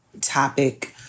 topic